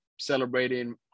Celebrating